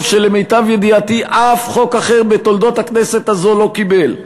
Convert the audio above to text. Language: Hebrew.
שלמיטב ידיעתי אף חוק אחר בתולדות הכנסת הזו לא קיבל.